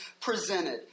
presented